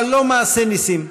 אבל לא מעשה ניסים.